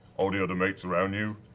all the other mates around you,